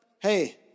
hey